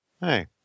Hey